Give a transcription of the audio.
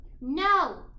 No